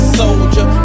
soldier